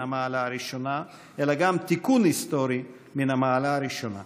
המעלה הראשונה אלא גם תיקון היסטורי מן המעלה הראשונה.